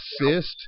assist